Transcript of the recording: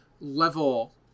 level